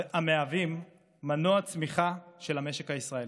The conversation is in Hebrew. המהווים מנוע צמיחה של המשק הישראלי.